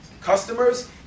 customers